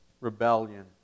rebellion